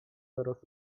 zaraz